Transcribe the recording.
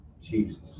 Jesus